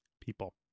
people